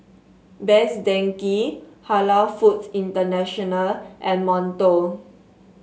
Best Denki Halal Foods International and Monto